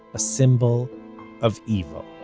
a symbol of evil